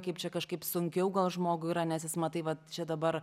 kaip čia kažkaip sunkiau gal žmogui yra nes jis matai va čia dabar